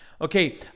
Okay